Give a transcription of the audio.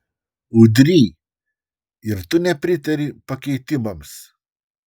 udry ir tu nepritari pakeitimams